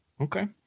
Okay